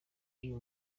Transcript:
y’uyu